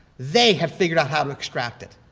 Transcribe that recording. they have figured out how to extract it.